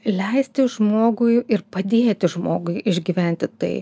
leisti žmogui ir padėti žmogui išgyventi tai